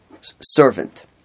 servant